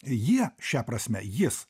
jie šia prasme jis